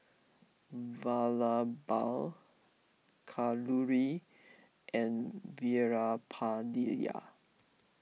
Vallabhbhai Kalluri and Veerapandiya